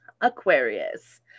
Aquarius